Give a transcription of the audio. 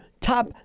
top